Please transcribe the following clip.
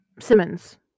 Simmons